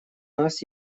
нас